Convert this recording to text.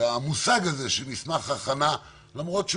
לבחון אותם,